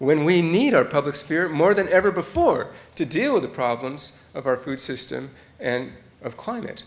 when we need our public sphere more than ever before to deal with the problems of our food system and of climate